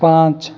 পাঁচ